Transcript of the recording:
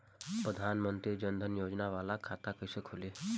प्रधान मंत्री जन धन योजना वाला खाता कईसे खुली?